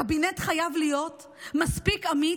הקבינט חייב להיות מספיק אמיץ,